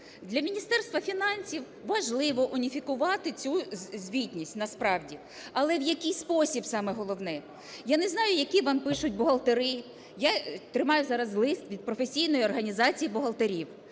Для Міністерства фінансів важливо уніфікувати цю звітність насправді. Але в який спосіб – саме головне. Я не знаю, які вам пишуть бухгалтери, я тримаю зараз лист від професійної організації бухгалтерів.